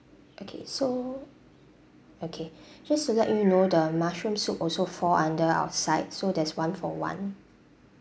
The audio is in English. okay so okay just to let you know the mushroom soup also fall under our sides so there's one-for-one